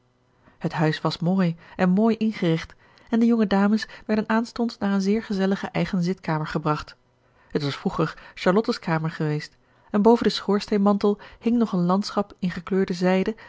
het huis was mooi en mooi ingericht en de jonge dames werden aanstonds naar een zeer gezellige eigen zitkamer gebracht het was vroeger charlotte's kamer geweest en boven den schoorsteenmantel hing nog een landschap in gekleurde zijde